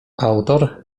autor